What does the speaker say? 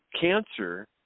cancer